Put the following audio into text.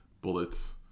bullets